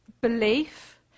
belief